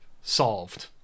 solved